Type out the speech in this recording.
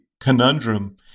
conundrum